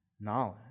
knowledge